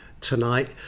tonight